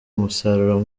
umusaruro